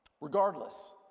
Regardless